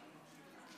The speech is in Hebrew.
אני